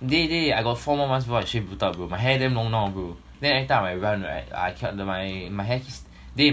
dey dey I got four more months before I shave botak bro my hair damn long now bro then everytime I run right I kept err my my